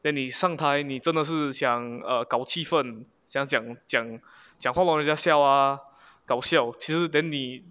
then 你上台你真的是想 err 搞气氛讲讲讲讲话给人家笑 ah 搞笑其实 then 你